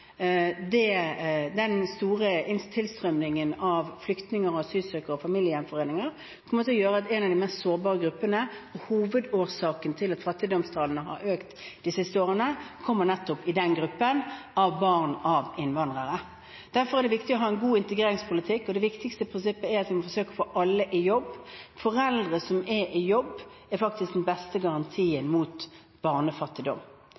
den store tilstrømmingen av flyktninger og asylsøkere, og familiegjenforeninger, kommer til å ramme en av de mest sårbare gruppene. Hovedårsaken til at fattigdomstallene har økt de siste årene, er nettopp den gruppen, barn av innvandrere. Derfor er det viktig å ha en god integreringspolitikk, og det viktigste prinsippet er at vi må forsøke å få alle i jobb. Foreldre som er i jobb, er faktisk den beste garantien mot barnefattigdom.